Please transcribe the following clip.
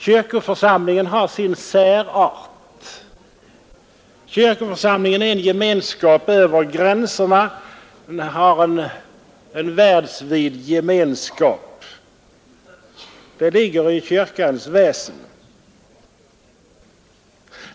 Kyrkoförsamlingen har sin särart. Kyrkoförsamlingen representerar en gemenskap över gränserna; den ingår i en världsvid gemenskap — det ligger i kyrkans väsen.